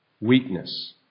weakness